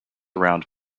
around